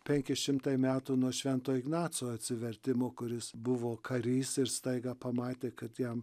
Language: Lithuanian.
penki šimtai metų nuo švento ignaco atsivertimo kuris buvo karys ir staiga pamatė kad jam